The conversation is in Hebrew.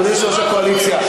אדוני יושב-ראש הקואליציה,